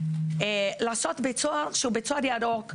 לעשות בית סוהר ירוק,